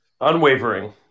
unwavering